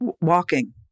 Walking